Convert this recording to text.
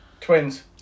Twins